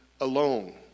alone